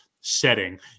setting